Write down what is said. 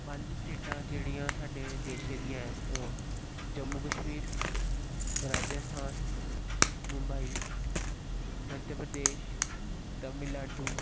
पंज स्टेटां जेह्ड़ियां साड्डे देशै दियां हैन ओह् जम्मू कश्मीर राज्यस्थान मुंबई मध्यप्रदेश तमिलनाडु